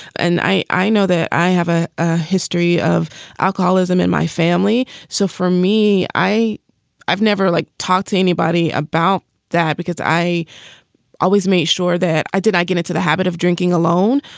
and i i know that i have a ah history of alcoholism in my family so for me, i i've never like talked to anybody about that because i always made sure that i did. i get into the habit of drinking alone,